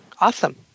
awesome